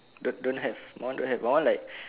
don't don't have my one don't have my one like